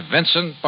Vincent